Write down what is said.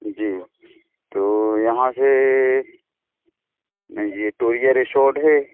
जी तो यहाँ से ये तो ये रिसोर्ट है